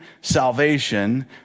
salvation